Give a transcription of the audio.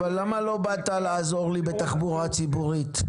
למה לא באת לעזור לי בתחבורה הציבורית,